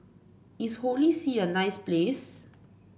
is Holy See a nice place